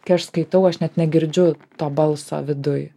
kai aš skaitau aš net negirdžiu to balso viduj